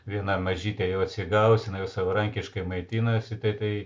viena mažytė jau atsigavusi jinai jau savarankiškai maitinasi tai tai